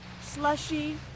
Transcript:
slushy